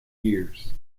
years